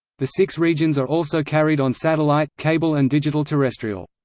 the six regions are also carried on satellite, cable and digital terrestrial.